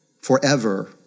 forever